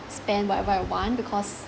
spend whatever I want because